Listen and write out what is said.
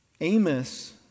Amos